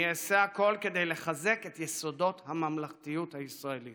אני אעשה הכול כדי לחזק את יסודות הממלכתיות הישראלית